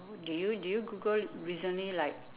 do you do you googled recently like